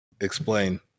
explain